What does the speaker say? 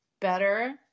better